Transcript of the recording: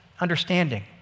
understanding